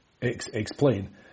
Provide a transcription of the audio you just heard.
explain